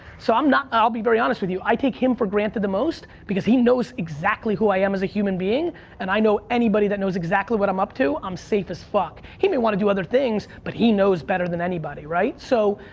so i'm not, i'll be very honest with you. i take him for granted the most because he knows exactly who i am as a human being and i know anybody that knows exactly what i'm up to. i'm safe as fuck. he may wanna do other things, but he knows better than anybody, right, so,